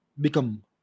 become